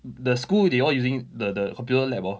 the school they all using the the computer lab orh